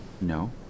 No